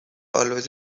always